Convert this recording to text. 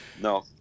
No